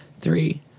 three